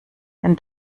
den